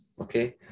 Okay